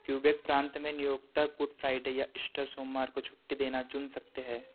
Quebec प्रांत में नियोक्ता गुड फ्राइडे या ईश्टर सोमवार को छुट्टी देना चुन सकते है